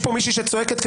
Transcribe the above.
יש פה מישהי שצועקת,